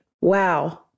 Wow